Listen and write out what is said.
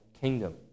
kingdom